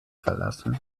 verlassen